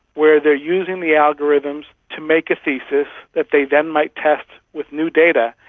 where they're using the algorithms to make a thesis that they then might test with new data.